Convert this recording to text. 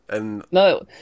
No